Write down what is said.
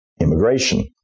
immigration